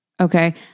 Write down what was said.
Okay